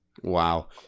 wow